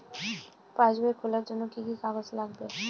পাসবই খোলার জন্য কি কি কাগজ লাগবে?